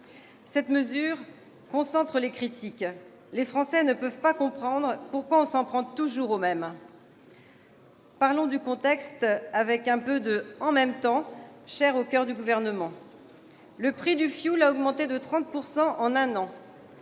Cette mesure concentre les critiques. Les Français ne peuvent pas comprendre pourquoi « on s'en prend toujours aux mêmes ». Évoquons le contexte avec un peu de « en même temps » cher au coeur du Gouvernement. Le prix du fioul a augmenté de 30 % en un an.